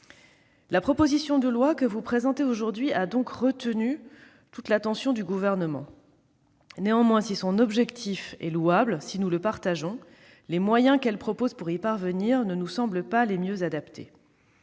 La proposition de loi que vous présentez aujourd'hui a donc retenu toute l'attention du Gouvernement. Néanmoins, si son objectif, auquel nous souscrivons, est louable, les moyens qu'elle propose pour y parvenir ne nous semblent pas les mieux adaptés.